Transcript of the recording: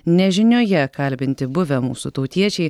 nežinioje kalbinti buvę mūsų tautiečiai